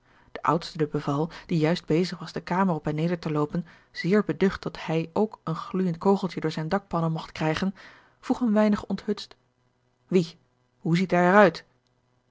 de oudste de beval die juist bezig was de kamer op en neder te loopen zeer beducht dat hij ook een gloeijend kogeltje door zijne dakpannen mogt krijgen vroeg een weing onthutst wie hoe ziet hij er